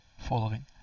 following